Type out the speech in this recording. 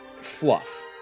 fluff